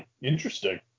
Interesting